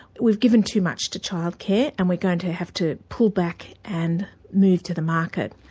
we've given too much to childcare, and we're going to have to pull back and move to the market',